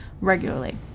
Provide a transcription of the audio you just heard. regularly